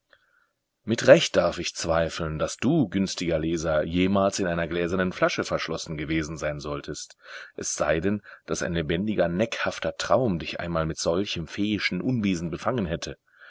mit recht darf ich zweifeln daß du günstiger leser jemals in einer gläsernen flasche verschlossen gewesen sein solltest es sei denn daß ein lebendiger neckhafter traum dich einmal mit solchem feeischen unwesen befangen hätte